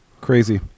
Crazy